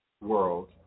world